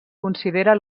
considera